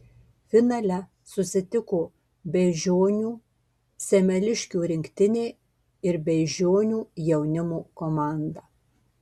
finale susitiko beižionių semeliškių rinktinė ir beižionių jaunimo komanda